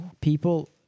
People